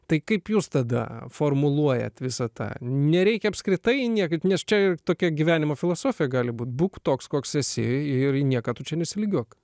tai kaip jūs tada formuluojat visą tą nereikia apskritai niekaip nes čia tokia gyvenimo filosofija gali būt būk toks koks esi ir į nieką tu čia nesilygiuok